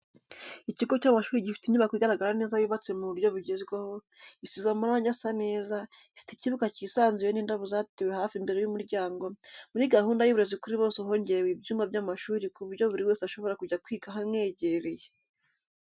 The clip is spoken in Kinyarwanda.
Ikigo cy'amashuri gifite inyubako igaragara neza yubatse mu buryo bugezweho, isize amarange asa neza, ifite ikibuga cyisanzuye n'indabo zatewe hafi imbere y'umuryango, muri gahunda y'uburezi kuri bose hongerewe ibyumba by'amashuri ku buryo buri wese ashobora kujya kwiga ahamwegereye.